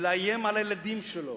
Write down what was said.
ולאיים על הילדים שלו,